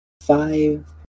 five